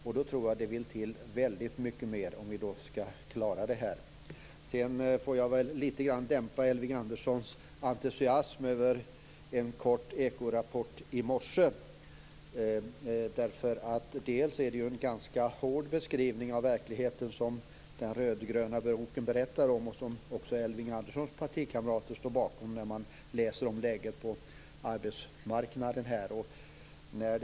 Jag tror att det vill till väldigt mycket mer om vi skall klara detta. Jag får dämpa Elving Anderssons entusiasm över en kort Ekorapport i morse litet grand. Det är en ganska hård beskrivning av verkligheten när det gäller läget på arbetsmarknaden som den rödgröna boken ger och som också Elving Anderssons partikamrater står bakom.